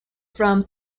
from